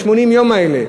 80 הימים האלה.